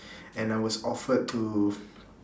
and I was offered to